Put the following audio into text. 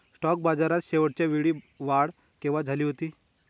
Stock बाजारात शेवटच्या वेळी वाढ केव्हा झाली होती?